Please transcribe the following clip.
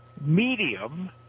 medium